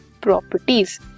properties